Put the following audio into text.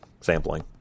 sampling